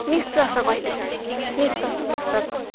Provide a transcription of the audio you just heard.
ନିଶ୍ଵାସ କହିଲେ ଚଳେ ନିଶ୍ଵାସ ପ୍ରଶ୍ଵାସ